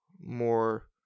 more